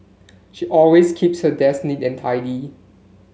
she always keeps her desk neat and tidy